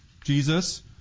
Jesus